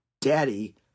Daddy